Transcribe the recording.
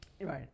Right